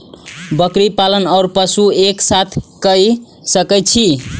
बकरी पालन ओर पशु एक साथ कई सके छी?